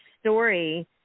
story